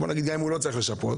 גם אם הוא לא צריך לשפות,